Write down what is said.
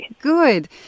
Good